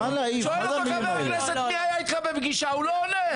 שואל אותו חבר כנסת מי היה איתך בפגישה והוא לא עונה.